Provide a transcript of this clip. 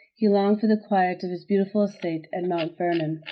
he longed for the quiet of his beautiful estate at mount vernon.